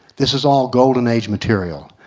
this is all golden age material.